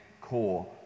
core